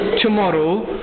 tomorrow